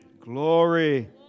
Glory